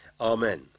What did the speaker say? Amen